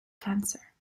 cancer